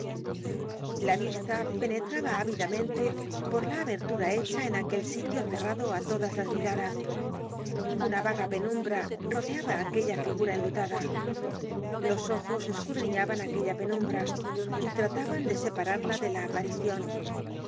la vista penetraba ávidamente por la abertura hecha en aquel sitio cerrado á todas las miradas una vaga penumbra rodeaba aquella figura enlutada los ojos escudriñaban aquella penumbra y trataban de separarla de la aparicion